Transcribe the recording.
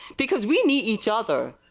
because we need each other.